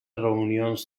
reunions